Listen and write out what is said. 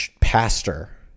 pastor